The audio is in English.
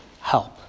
Help